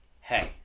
Hey